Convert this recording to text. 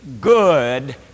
good